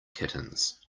kittens